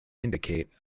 indicate